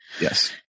Yes